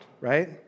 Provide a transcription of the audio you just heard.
right